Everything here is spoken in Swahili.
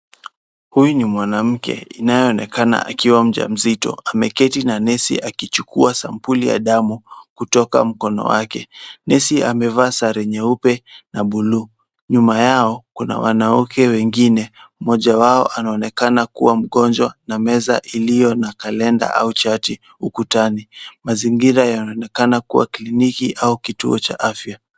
Huyu ni mwanamke inayoonekana akiwa mjamzito ameketi na nesi akichukua sampuli ya damu kutoka mkono wake. Nesi amevaa sare nyeupe na buluu. Nyuma yao kuna wanawake wengine mmoja wao anaonekana kuwa mgonjwa na meza iliyo na kalenda au chati ukutani. Mazingira yanaonekana kuwa kliniki au kituo cha afya.